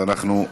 אז אנחנו,